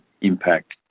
impact